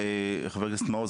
חבר הכנסת מעוז,